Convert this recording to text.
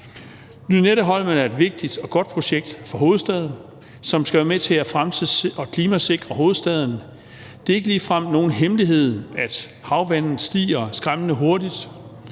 Lynetteholmen er et vigtigt og godt projekt for hovedstaden, som skal være med til at fremtidssikre og klimasikre hovedstaden. Det er ikke ligefrem nogen hemmelighed, at havvandet stiger skræmmende hurtigt,